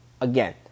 Again